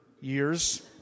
years